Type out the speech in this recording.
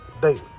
daily